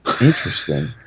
Interesting